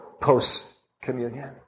post-communion